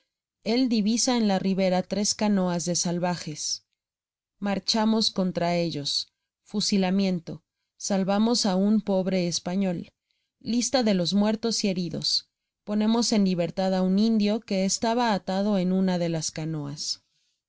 di visa en la ribera tres canoas de salvajes marchamos contra ellos eusilamiento salvamos á un pobre español lista de los muertos y heridos ponemos en libertad á un indio que estaba atado en una de la canoas